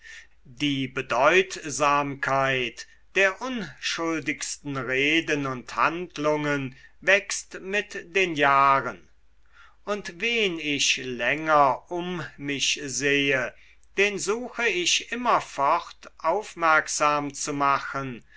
die bedeutsamkeit der unschuldigsten reden und handlungen wächst mit den jahren und wen ich länger um mich sehe den suche ich immerfort aufmerksam zu machen